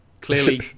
Clearly